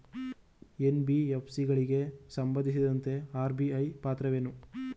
NBFC ಗಳಿಗೆ ಸಂಬಂಧಿಸಿದಂತೆ RBI ಪಾತ್ರವೇನು?